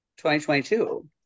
2022